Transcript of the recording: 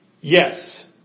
Yes